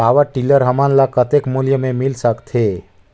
Power tiller हमन ल कतेक मूल्य मे मिल सकथे?